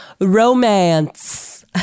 romance